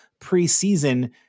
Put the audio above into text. preseason